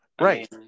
Right